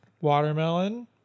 watermelon